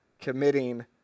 committing